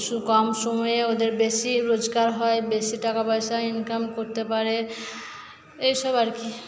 কম সময়ে ওদের বেশি রোজগার হয় বেশি টাকা পয়সা ইনকাম করতে পারে এসব আরকি